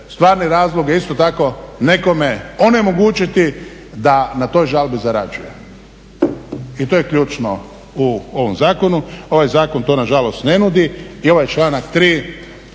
stvarni razlog, a isto tako nekome onemogućiti da na toj žalbi zarađuje. I to je ključno u ovom zakonu. Ovaj zakon to na žalost ne nudi i ovaj članak 3.